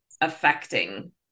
affecting